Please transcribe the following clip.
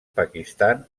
pakistan